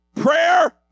Prayer